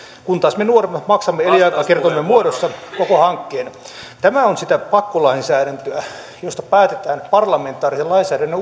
kun taas me nuoremmat maksamme elinaikakertoimen muodossa koko hankkeen tämä on sitä pakkolainsäädäntöä josta päätetään parlamentaarisen lainsäädännön